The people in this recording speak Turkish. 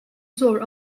zor